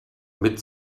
mit